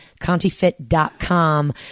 ContiFit.com